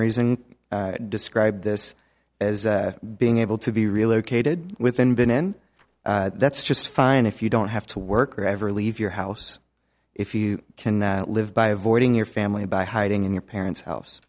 reason described this as being able to be relocated within been in that's just fine if you don't have to work or ever leave your house if you can live by avoiding your family by hiding in your parents house